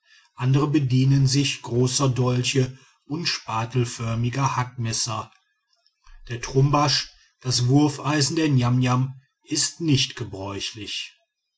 andere bedienen sich großer dolche und spatelförmiger hackmesser der trumbasch das wurfeisen der niamniam ist nicht gebräuchlich